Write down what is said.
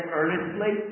earnestly